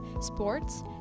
sports